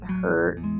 hurt